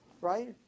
right